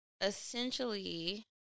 essentially